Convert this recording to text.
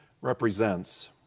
represents